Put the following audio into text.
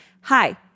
hi